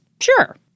Sure